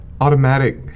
automatic